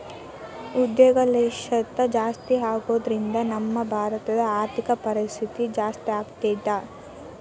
ಉದ್ಯಂಶೇಲ್ತಾ ಜಾಸ್ತಿಆಗೊದ್ರಿಂದಾ ನಮ್ಮ ಭಾರತದ್ ಆರ್ಥಿಕ ಪರಿಸ್ಥಿತಿ ಜಾಸ್ತೇಆಗ್ತದ